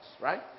right